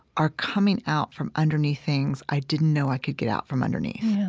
are coming out from underneath things i didn't know i could get out from underneath.